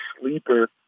sleeper